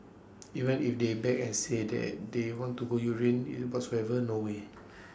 even if they beg and say that they want to go urine and whatsoever no way